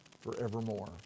forevermore